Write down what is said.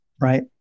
right